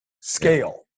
scale